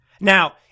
Now